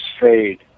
fade